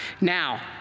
Now